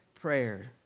prayer